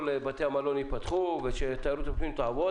בתי המלון ייפתח ושתיירות הפנים תעבוד,